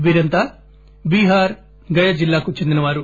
వీరంతా బీహార్ గయ జిల్లాలకు చెందినారు